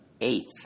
eighth